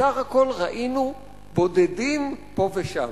בסך הכול ראינו בודדים פה ושם.